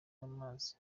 amazi